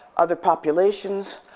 other populations,